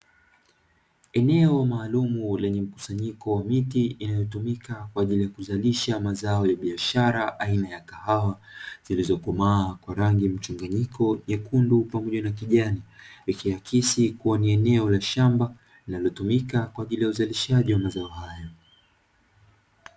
Eneo maalumu lenye mkusanyiko wa miti inayotumika kwa ajili ya kuzalisha mazao ya biashara aina ya kahawa, zilizokomaa kwa rangi mchanganyiko nyekundu pamoja na kijani, ikiakisi kuwa ni eneo la shamba linalotumika kwa ajili ya uzalishaji wa mazao hayo.